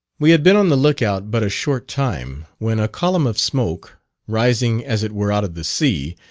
we had been on the look-out but a short time, when a column of smoke rising as it were out of the sea,